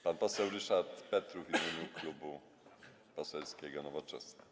Pan poseł Ryszard Petru w imieniu Klubu Poselskiego Nowoczesna.